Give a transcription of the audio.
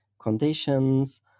conditions